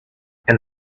and